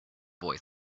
boy